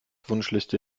wunschliste